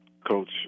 Coach